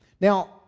Now